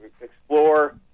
explore